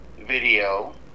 video